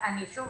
שוב